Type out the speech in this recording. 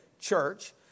church